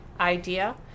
idea